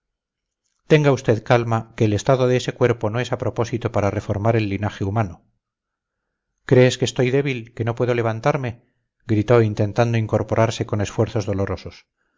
tenga usted calma que el estado de ese cuerpo no es a propósito para reformar el linaje humano crees que estoy débil que no puedo levantarme gritó intentando incorporarse con esfuerzos dolorosos